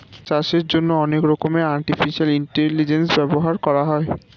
চাষের জন্যে অনেক রকমের আর্টিফিশিয়াল ইন্টেলিজেন্স ব্যবহার করা হয়